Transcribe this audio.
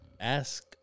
ask